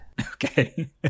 Okay